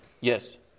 Yes